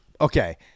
okay